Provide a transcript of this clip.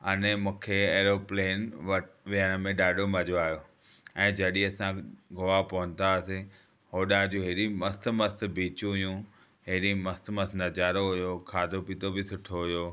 अने मूंखे एरोप्लेन वटि वीहण में ॾाढो मज़ो आयो ऐं जॾहिं असां गोआ पहुतासीं होॾां जूं अहिड़ियूं मस्त मस्त बिचियूं हुयूं हेॾो मस्त मस्त नज़ारो हुओ खाधो पीतो बि सुठो हुओ